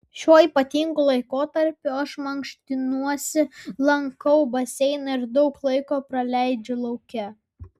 šiuo ypatingu laikotarpiu aš mankštinuosi lankau baseiną ir daug laiko praleidžiu lauke